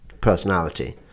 personality